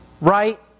Right